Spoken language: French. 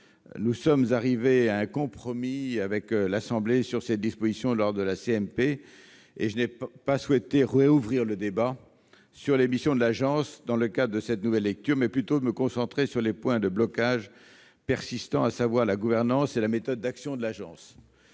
Nous sommes arrivés à un compromis avec l'Assemblée nationale sur cette disposition lors de la CMP et je n'ai pas souhaité rouvrir le débat sur les missions de l'agence dans le cadre de cette nouvelle lecture, préférant me concentrer sur les points de blocage persistants, à savoir la gouvernance et la méthode d'action de l'agence.